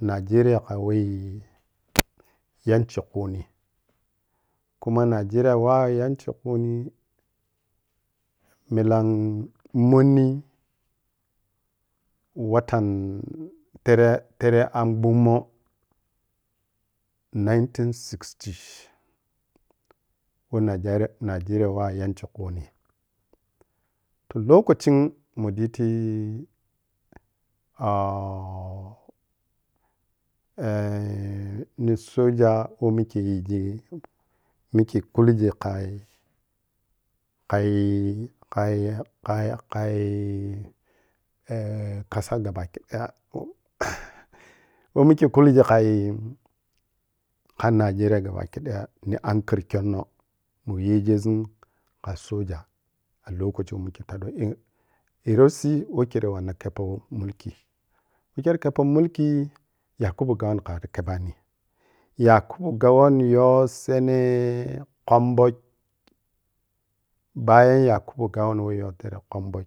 nijeriya kawe yanchi kuni khuna nijeriya wah yanchi khuni miham monni watan tere an gbummi nineteen sixty woh nijiriya woh yanchi kuni. joh lokaci mu ɓiti ah eh ni soja moh mikhe jigi mikhe kulji khai-khai khai eh- kasa gaba khi daya moh-leh mo mikeh ulgi khai kha nijiriya gabakhi daya ni ankeri sonnoh mu yeghezun kha soja a lokacin we mikhe taɓɓo c-zrosi woh khero watu keppo mulki mikero keppo mulki yakubu gawan kha matu kebbani yakubu gawan yo seneh kwomboii bayan yakubu gawan woh yo sene kemomboij.